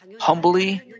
humbly